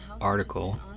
article